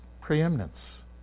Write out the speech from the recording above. preeminence